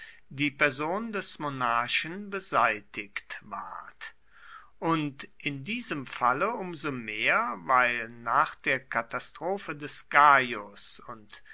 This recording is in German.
die person des monarchen beseitigt ward und in diesem falle um so mehr weil nach der katastrophe des gaius und